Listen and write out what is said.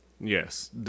Yes